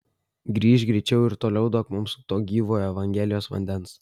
grįžk greičiau ir toliau duok mums to gyvojo evangelijos vandens